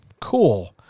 Cool